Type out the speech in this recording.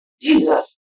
Jesus